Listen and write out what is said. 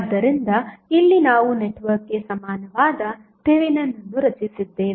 ಆದ್ದರಿಂದ ಇಲ್ಲಿ ನಾವು ನೆಟ್ವರ್ಕ್ಗೆ ಸಮಾನವಾದ ಥೆವೆನಿನ್ ಅನ್ನು ರಚಿಸಿದ್ದೇವೆ